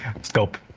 Scope